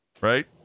right